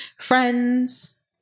Friends